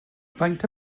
faint